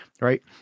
right